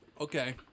okay